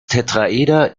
tetraeder